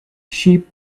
sheep